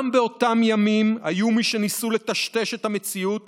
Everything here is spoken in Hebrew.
גם באותם ימים היו מי שניסו לטשטש את המציאות